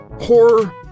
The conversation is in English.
horror